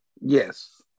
yes